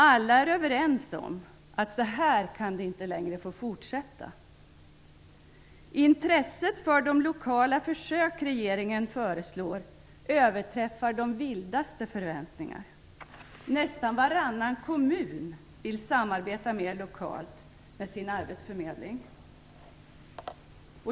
Alla är överens om att så här kan det inte längre få fortsätta. Intresset för de lokala försök som regeringen föreslår överträffar de vildaste förväntningar. Nästan varannan kommun vill samarbeta mer lokalt med sin arbetsförmedling.